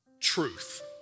Truth